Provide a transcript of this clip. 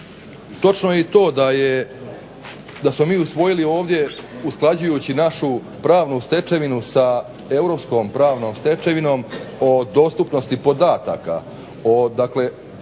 Točno je i to da smo mi usvojili ovdje usklađujući našu pravnu stečevinu sa europskom pravnom stečevinom o dostupnosti podataka, o dakle